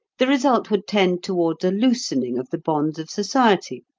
the result would tend towards a loosening of the bonds of society,